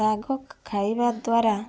ଶାଗ ଖାଇବା ଦ୍ଵାରା